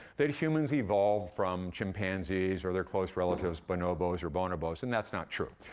that humans evolved from chimpanzees or their closest relatives, bonobos or bonobos, and that's not true.